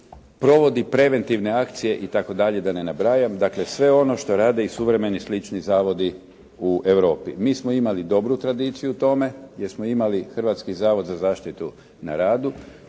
provodi preventivne akcije itd., da ne nabrajam. Dakle, sve ono što rade i suvremeni slični zavodi u Europi. Mi smo imali dobru tradiciju u tome, jer smo imali Hrvatski zavod na zaštitu na radu